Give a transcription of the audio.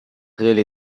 really